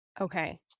Okay